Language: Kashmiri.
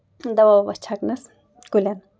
دوہ وَوہ چھکنَس کُلین